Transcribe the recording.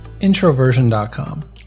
introversion.com